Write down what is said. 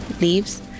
leaves